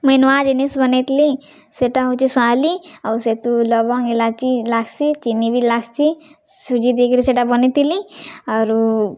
ମୁଇଁ ନୂଆ ଜିନିଷ୍ ବନେଇଥିଲି ସେଟା ହଉଛେ ଶୁଁଆଲି ଆଉ ସେଠୁ ଲବଙ୍ଗ୍ ଇଲାଚି ଲାଗ୍ସି ଚିନି ବି ଲାଗ୍ସି ସୁଜି ଦେଇକିରି ସେଟା ବନେଇଥିଲି ଆରୁ